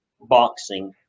boxing